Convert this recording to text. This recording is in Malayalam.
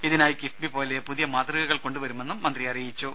ഇതിനായി കിഫ്ബി പോലെ പുതിയ മാതൃകകൾ കൊണ്ടുവരുമെന്നും മന്ത്രി പറഞ്ഞു